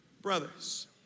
brothers